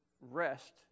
rest